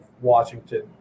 Washington